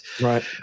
Right